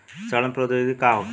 सड़न प्रधौगिकी का होखे?